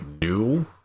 new